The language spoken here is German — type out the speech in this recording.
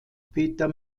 peter